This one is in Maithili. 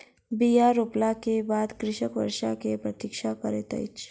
बीया रोपला के बाद कृषक वर्षा के प्रतीक्षा करैत अछि